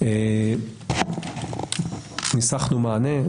ניסחנו מענה.